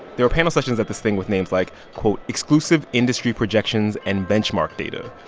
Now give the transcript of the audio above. there were panel sessions at this thing with names like, quote, exclusive industry projections and benchmark data.